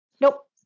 Nope